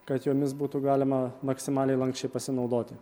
kad jomis būtų galima maksimaliai lanksčiai pasinaudoti